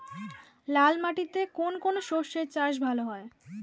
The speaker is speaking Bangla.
লাল মাটিতে কোন কোন শস্যের চাষ ভালো হয়?